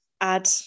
add